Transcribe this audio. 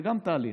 זה תהליך.